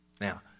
Now